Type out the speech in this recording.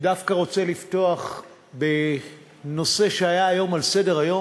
אני רוצה דווקא לפתוח בנושא שהיה היום על סדר-היום,